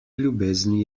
ljubezni